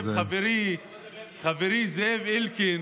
אני יכול לתרום לו, חברי זאב אלקין